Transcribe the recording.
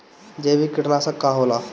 जैविक कीटनाशक का होला?